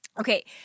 okay